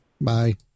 bye